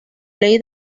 ley